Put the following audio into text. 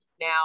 Now